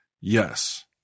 Yes